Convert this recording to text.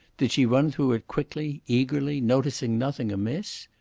did she run through it quickly, eagerly, noticing nothing amiss?